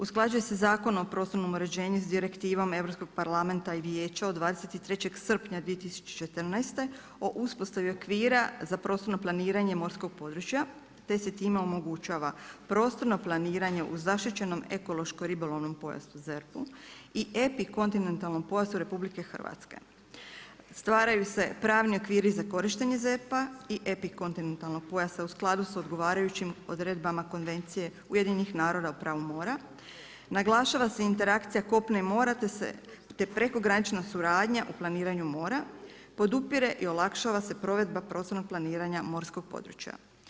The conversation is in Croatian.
Usklađuje se Zakon o prostornom uređenju s Direktivom Europskog parlamenta i Vijeća od 23. srpnja 2014. o uspostavi okvira za prostorno planiranje morskog područja te se time omogućava prostorno planiranje u zaštićenom ekološko-ribolovnom pojasu ZERP-u i epikontinentalnom pojasu RH, stvaraju se pravni okviri za korištenje ZERP-A i epikontinentalnog pojasa u skladu s odgovarajućim odredbama konvencije UN-a o pravu mora, naglašava se interakcija kopna i mora te prekogranična suradnja o planiranju mora, podupire i olakšava se provedba prostornog planiranja morskog područja.